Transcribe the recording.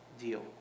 deal